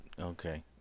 Okay